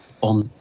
on